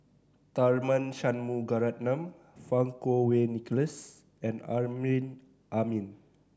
Tharman Shanmugaratnam Fang Kuo Wei Nicholas and Amrin Amin